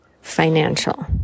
financial